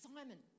Simon